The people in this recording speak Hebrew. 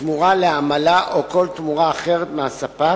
בתמורה לעמלה או כל תמורה אחרת מהספק,